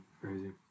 Crazy